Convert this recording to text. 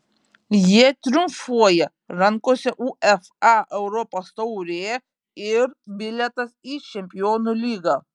jie triumfuoja rankose uefa europos taurė ir bilietas į čempionų lygą